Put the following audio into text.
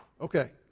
Okay